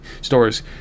stores